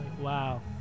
wow